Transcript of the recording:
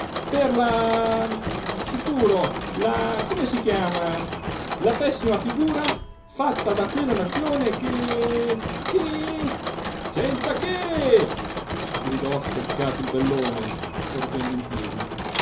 per la sicuro la come si chiama la pessima figura fatta da quella nazione che che senza che gridò seccato il bellone sorgendo in piedi